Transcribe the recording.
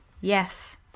Yes